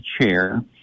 chair